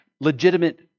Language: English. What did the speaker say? legitimate